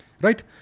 right